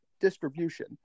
distribution